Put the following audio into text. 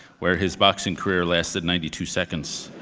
where his boxing career lasted ninety two seconds.